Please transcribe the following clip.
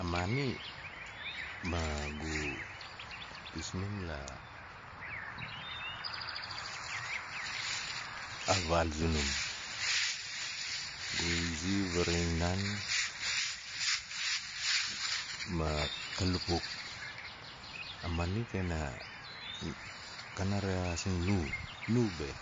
A maani maa gu tasmin la- a vaal zunum, gu izi varing naan ma ka, a maani kana rexaazing na, nu be.